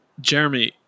Jeremy